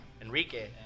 Enrique